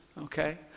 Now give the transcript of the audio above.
Okay